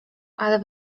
ale